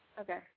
Okay